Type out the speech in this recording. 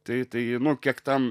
tai tai nu kiek ten